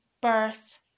birth